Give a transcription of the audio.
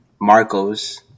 Marcos